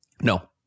No